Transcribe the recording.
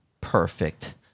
perfect